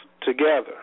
together